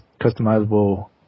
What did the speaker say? customizable